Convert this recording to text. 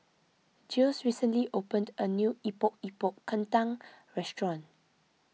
Jiles recently opened a new Epok Epok Kentang restaurant